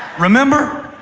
remember?